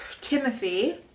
timothy